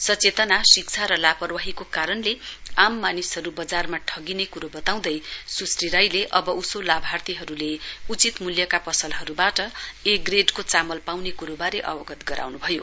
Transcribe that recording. सचेतना शिक्षा र लापरवाहीको कारणले आम मानिसहरू बजारमा ठगिने क्रो बताउँदै सुश्री राईले अब उसो लाभार्थीहरूले उचित मूल्यका पसलहरूबाट ए ग्रेटको चामल पाउने कुरोबारे अवगत गराउनु भयो